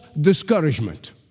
discouragement